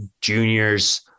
juniors